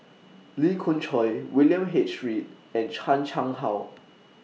Lee Khoon Choy William H Read and Chan Chang How